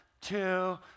two